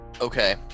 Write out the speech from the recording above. Okay